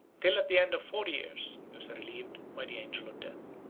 till at the end of four years, he was relieved by the angel of death.